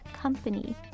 company